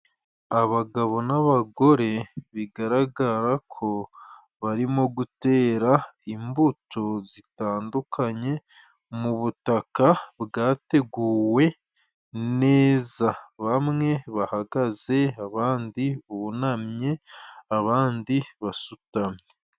Abagabo n'abagore bigaragara ko barimo gutera imbuto zitandukanye mu butaka bwateguwe neza. Bamwe bahagaze, abandi bunamye, abandi basutamye.